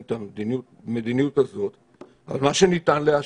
את המדיניות הזאת על מה שניתן לאשר,